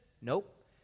Nope